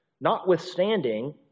Notwithstanding